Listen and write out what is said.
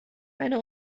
eine